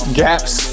gaps